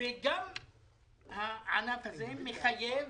גם הענף הזה מחייב